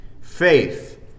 faith